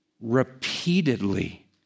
repeatedly